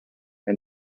and